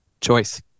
Choice